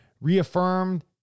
reaffirmed